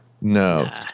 No